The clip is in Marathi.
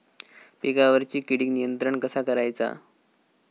पिकावरची किडीक नियंत्रण कसा करायचा?